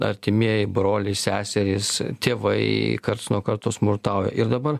artimieji broliai seserys tėvai karts nuo karto smurtauja ir dabar